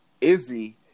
Izzy